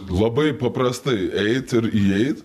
labai paprastai eit ir įeit